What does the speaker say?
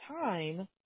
time